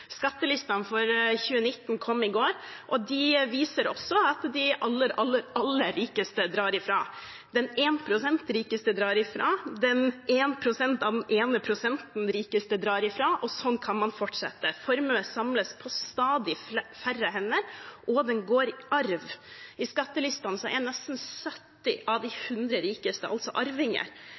Skattelistene for 2019 kom i går, og de viser også at de aller, aller rikeste drar ifra. De 1 pst. rikeste drar ifra, 1 pst. av den ene prosenten rikeste drar ifra, og sånn kan man fortsette. Formuen samles på stadig færre hender, og den går i arv. I skattelistene er nesten 70 av de 100 rikeste arvinger.